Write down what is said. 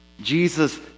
Jesus